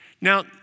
Now